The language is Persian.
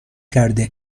کرده